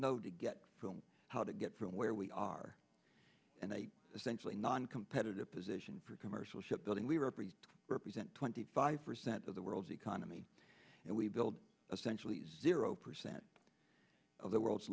know to get from how to get from where we are they essentially noncompetitive position for commercial ship building we're a pretty represent twenty five percent of the world's economy and we build essential zero percent of the world's